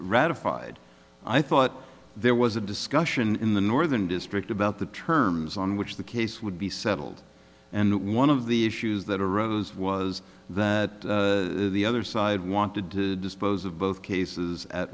ratified i thought there was a discussion in the northern district about the terms on which the case would be settled and one of the issues that arose was that the other side wanted to dispose of both cases at